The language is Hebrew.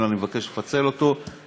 היה שם סעיף כפי שהקראתי אותו עכשיו,